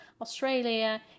Australia